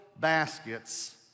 baskets